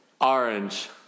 Orange